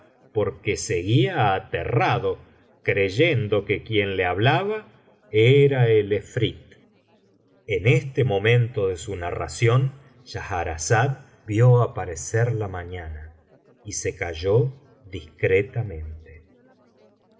porque seguía aterrado creyendo que quien le hablaba era el efrit en este momento de su narración schahrazada vio aparecer la mañana y se calló discretamente